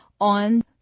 on